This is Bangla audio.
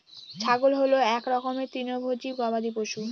ছাগল হল এক রকমের তৃণভোজী গবাদি পশু